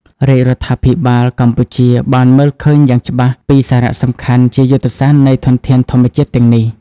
រាជរដ្ឋាភិបាលកម្ពុជាបានមើលឃើញយ៉ាងច្បាស់ពីសារៈសំខាន់ជាយុទ្ធសាស្ត្រនៃធនធានធម្មជាតិទាំងនេះ។